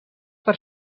per